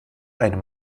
einer